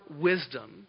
wisdom